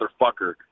motherfucker